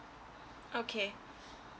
okay